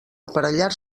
aparellar